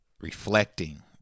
reflecting